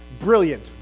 brilliant